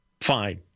fine